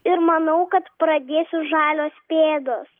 ir manau kad pradėsiu žalios pėdos